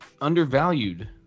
undervalued